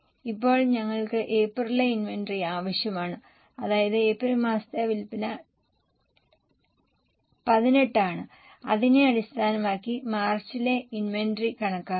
ഇപ്പോൾ ഞങ്ങൾക്ക് ഏപ്രിലിലെ ഇൻവെന്ററി ആവശ്യമാണ് അതായത് ഏപ്രിൽ മാസത്തെ വിൽപ്പന 18 ആണ് അതിനെ അടിസ്ഥാനമാക്കി മാർച്ചിലെ ഇൻവെന്ററി കണക്കാക്കുക